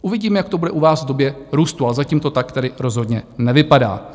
Uvidíme, jak to bude u vás v době růstu, ale zatím to tak tedy rozhodně nevypadá.